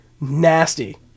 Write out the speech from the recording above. nasty